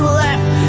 left